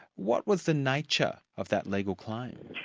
what was the nature of that legal claim?